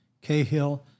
Cahill